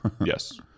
yes